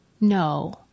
No